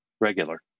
regular